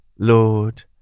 Lord